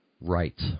right